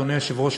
אדוני היושב-ראש,